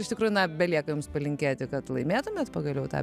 iš tikrųjų na belieka jums palinkėti kad laimėtumėt pagaliau tą